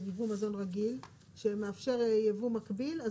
ליבוא מזון רגיל שמאפשר יבוא מקביל,